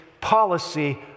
policy